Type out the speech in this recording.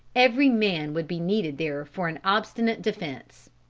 every man would be needed there for an obstinate defence.